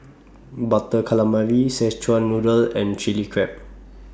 Butter Calamari Szechuan Noodle and Chilli Crab